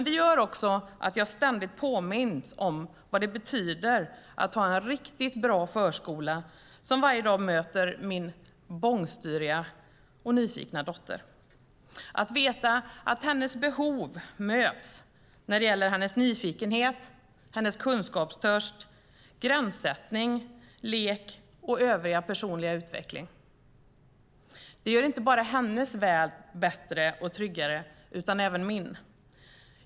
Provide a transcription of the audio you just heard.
Det gör att jag ständigt påminns om vad det betyder att ha en riktigt bra förskola som varje dag möter min bångstyriga och nyfikna dotter, att veta att hennes behov möts när det gäller hennes nyfikenhet, kunskapstörst, gränssättning, lek och övriga personliga utveckling. Det gör inte bara hennes värld bättre och tryggare, utan även min.